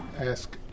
ask